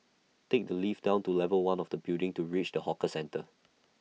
take the lift down to level one of the building to reach the hawker centre